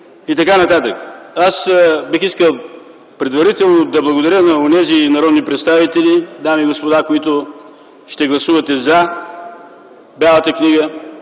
ли компенсация? Бих искал предварително да благодаря на онези народни представители, дами и господа, които ще гласувате за Бялата книга,